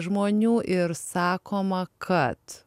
žmonių ir sakoma kad